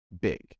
big